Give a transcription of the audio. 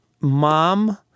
mom